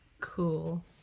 Cool